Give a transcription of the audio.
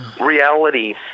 reality